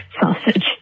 sausage